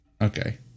Okay